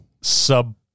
sub